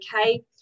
okay